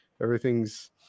everything's